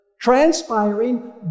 transpiring